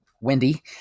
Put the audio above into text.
Wendy